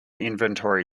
inventory